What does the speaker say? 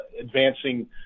advancing